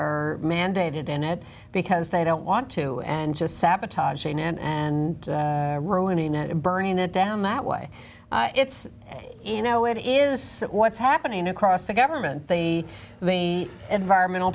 are mandated in it because they don't want to and just sabotaging and and ruining it and burning it down that way it's in no it is what's happening across the government the the environmental